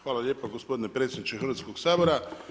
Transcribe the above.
Hvala lijepo gospodine predsjedniče Hrvatskog sabora.